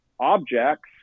objects